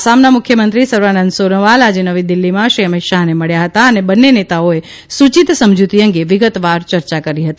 આસામના મુખ્યમંત્રી સરબાનંદ સોનોવાલ આજે નવી દિલ્ફીમા શ્રી અમિતશાહને મળ્યા હતા અને બંને નેતાઓએ સૂચીત સમજૂતી અંગે વિગતવાર ચર્ચા કરી હતી